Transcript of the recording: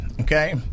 okay